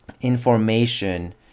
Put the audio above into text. information